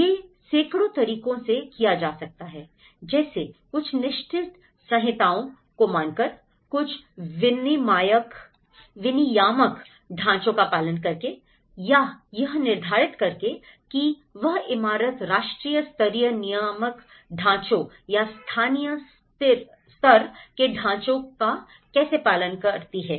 यह सैकड़ों तरीकों से किया जा सकता है जैसे कुछ निश्चित संहिताओं को मानकर कुछ विनियामक ढाँचों का पालन करके या यह निर्धारित करके की वह इमारत राष्ट्रीय स्तरीय नियामक ढाँचों या स्थानीय स्तर के ढाँचों का कैसे पालन करती है